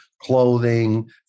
clothing